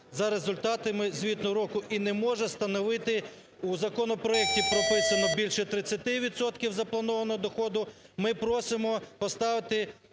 за результатами звітного року, і не може становити, у законопроекті прописано, більше 30 відсотків запланованого доходу, ми просимо поставити